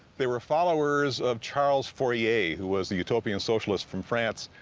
they were followers of charles fourier, who was the utopian socialist from france.